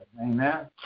Amen